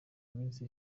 minsi